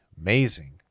Amazing